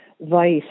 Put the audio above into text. vice